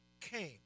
came